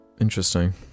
Interesting